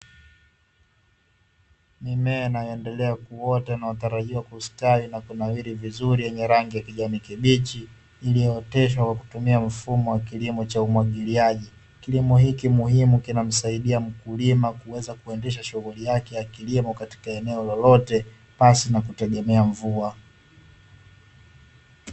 Mimea inayoendelea kuota inayotarajiwa kustawi na kunawiri vizuri yenye rangi ya kijani kibichi, iliyooteshwa kwa kutumia mfumo wa kilimo cha umwagiliaji. Kilimo hiki muhimu kinamsaidia mkulima kuweza kuendesha shughuli yake ya kilimo katika eneo lolote, pasi na kutegemea mvua.